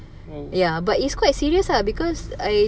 oh